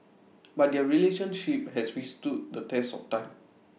but their relationship has withstood the test of time